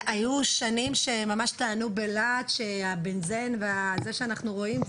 היו שנים שממש טענו בלהט שבנזן וזה שאנחנו רואים,